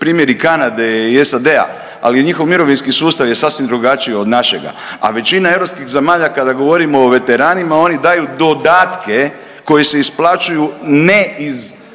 primjeri Kanade i SAD-a. Ali njihov mirovinski sustav je sasvim drugačiji od našega, a većina europskih zemalja kada govorimo o veteranima oni daju dodatke koji se isplaćuju ne iz